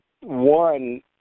one